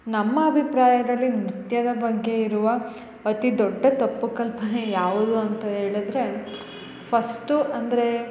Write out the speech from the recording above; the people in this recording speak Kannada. ನಮ್ಮ ಅಭಿಪ್ರಾಯದಲ್ಲಿ ನೃತ್ಯದ ಬಗ್ಗೆ ಇರುವ ಅತಿ ದೊಡ್ಡ ತಪ್ಪು ಕಲ್ಪನೆ ಯಾವುದು ಅಂತ ಹೇಳಿದರೆ ಫರ್ಸ್ಟು ಅಂದರೆ